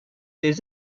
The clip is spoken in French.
des